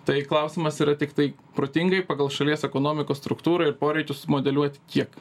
tai klausimas yra tiktai protingai pagal šalies ekonomikos struktūrą ir poreikius modeliuoti kiek